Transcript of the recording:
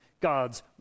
God's